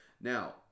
Now